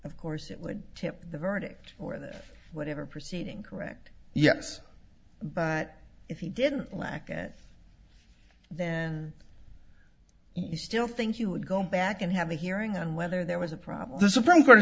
of course it would tip the verdict or the whatever proceeding correct yes but if he didn't lack it then you still think you would go back and have a hearing on whether there was a problem the supreme court